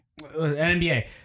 NBA